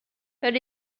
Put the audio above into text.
but